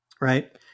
right